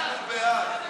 אנחנו בעד.